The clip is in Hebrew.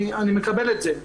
אני מקבל את זה.